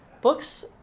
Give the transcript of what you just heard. Books